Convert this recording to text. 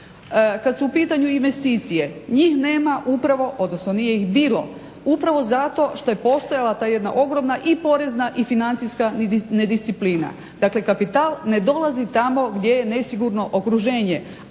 Kad su u pitanju investicije njih nema upravo, odnosno nije ih bilo upravo zato što je postojala ta jedna ogromna i porezna i financijska nedisciplina. Dakle, kapital ne dolazi tamo gdje je nesigurno okruženje,